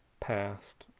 past,